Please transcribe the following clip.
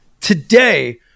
Today